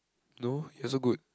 no he's so good